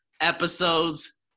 episodes